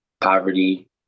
poverty